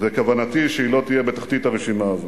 וכוונתי שהיא לא תהיה בתחתית הרשימה הזו.